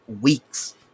weeks